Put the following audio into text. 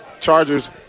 Chargers